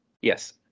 yes